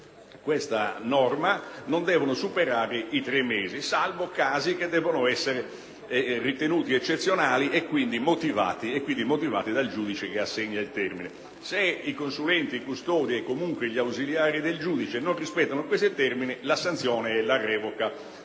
questa norma, non devono superare i tre mesi, salvo casi che devono essere ritenuti eccezionali e, quindi, motivati dal giudice che assegna il termine. Se il consulente, il custode e gli ausiliari del giudice non rispettano questo termine la sanzione è la revoca